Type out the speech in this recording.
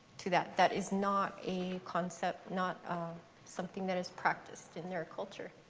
to that. that is not a concept, not something that is practiced in their culture,